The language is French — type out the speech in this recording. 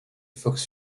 fox